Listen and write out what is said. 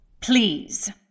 please